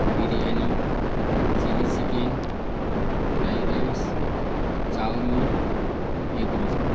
biryani chilli chicken fried rice chow mein egg roll